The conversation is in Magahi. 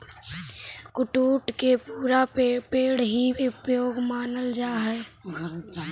कुट्टू के पुरा पेड़ हीं उपयोगी मानल जा हई